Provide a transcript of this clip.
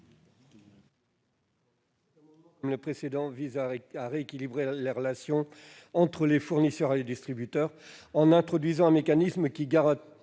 Cet amendement vise donc à rééquilibrer les relations entre les fournisseurs et les distributeurs en introduisant un mécanisme qui garantisse